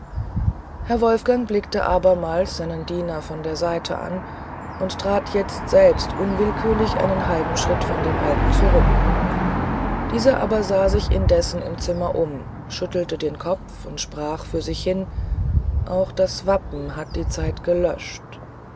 herr wolfgang blickte abermals seinen diener von der seite an und trat jetzt selbst unwillkürlich einen halben schritt von dem alten zurück dieser aber sah sich indes im zimmer um schüttelte den kopf und sprach für sich hin auch das wappen hat die zeit verlöscht